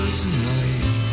tonight